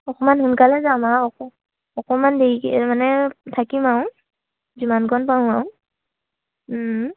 অকমান সোনকালে যাম আৰু অক অকমান দেৰিকে মানে থাকিম আৰু যিমানকণ পাৰো আৰু